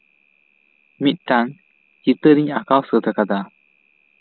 ᱢᱤᱫᱴᱟᱝ ᱪᱤᱛᱟᱹᱨ ᱤᱧ ᱟᱸᱠᱟᱣ ᱥᱟᱹᱛ ᱠᱟᱫᱟ